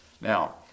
Now